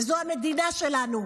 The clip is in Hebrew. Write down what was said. וזו המדינה שלנו,